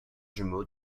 jumeau